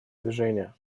движения